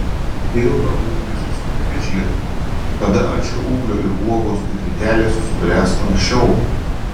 ilgą ūglį susukite žiedu tada ant šio ūglio ir uogos ir vytelės subręs anksčiau